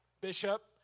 Bishop